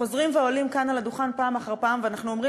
חוזרים ועולים על הדוכן פעם אחר פעם ואומרים